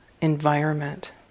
environment